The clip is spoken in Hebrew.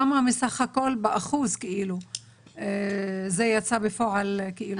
כמה מסך הכול באחוז זה יצא בפועל בחלוקה?